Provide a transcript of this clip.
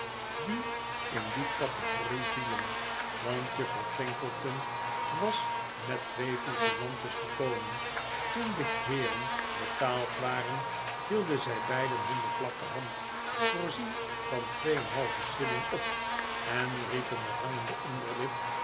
die in die categorie vielen want juffrouw twinkleton was met twee vigilantes gekomen toen de heeren betaald waren hielden zy beiden hunne vlakke hand voorzien van twee en een halven shilling op en riepen met hangende onderlip